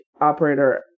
operator